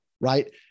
right